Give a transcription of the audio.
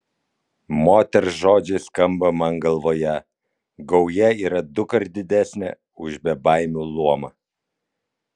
moters žodžiai skamba man galvoje gauja yra dukart didesnė už bebaimių luomą